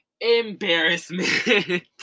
embarrassment